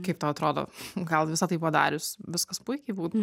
kaip tau atrodo gal visa tai padarius viskas puikiai būtų